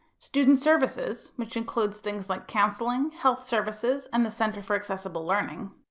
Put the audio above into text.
student services which includes things like counselling, health services, and the centre for accessible learning,